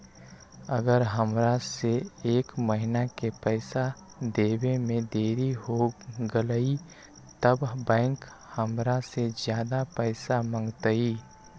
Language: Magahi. अगर हमरा से एक महीना के पैसा देवे में देरी होगलइ तब बैंक हमरा से ज्यादा पैसा मंगतइ?